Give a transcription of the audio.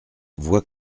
voie